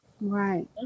right